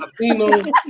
Latino